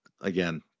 again